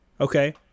Okay